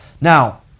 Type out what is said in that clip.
Now